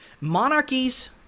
monarchies